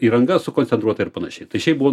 įranga sukoncentruota ir panašiai tai šiaip buvo